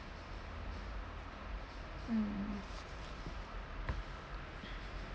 mm